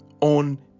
on